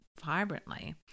vibrantly